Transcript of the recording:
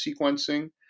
sequencing